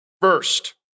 first